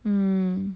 mm